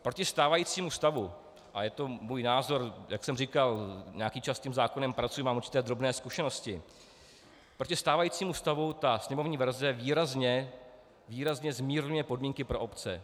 Proti stávajícímu stavu, a je to můj názor, jak jsem říkal, nějaký čas s tím zákonem pracuji a mám určité drobné zkušenosti, proti stávajícímu stavu ta sněmovní verze výrazně, výrazně zmírňuje podmínky pro obce.